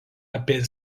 apie